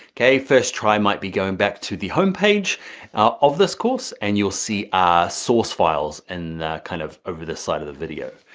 okay, first try might be going back to the home page of this course, and you'll see ah source files and kind of over this slide of the video.